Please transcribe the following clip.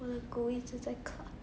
我的狗一直在看